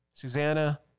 Susanna